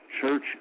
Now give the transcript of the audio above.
church